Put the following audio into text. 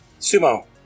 Sumo